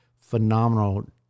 phenomenal